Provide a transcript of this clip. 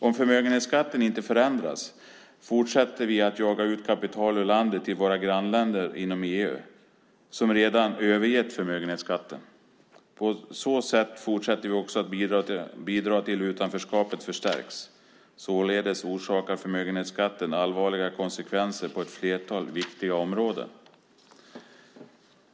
Om förmögenhetsskatten inte förändras fortsätter vi att jaga ut kapital ur landet till våra grannländer inom EU som redan har övergett förmögenhetsskatten. På så sätt fortsätter vi också att bidra till att utanförskapet förstärks. Således har förmögenhetsskatten allvarliga konsekvenser på ett flertal viktiga områden.